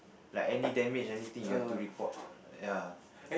like any damage anything you have to report ya